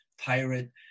pirate